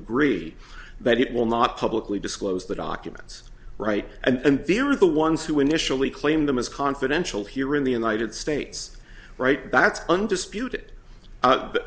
agree that it will not publicly disclose the documents right and they were the ones who initially claimed them as confidential here in the united states right that's undisputed